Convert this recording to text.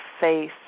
face